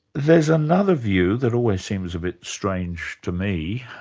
there's another view that always seems a bit strange to me,